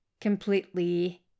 completely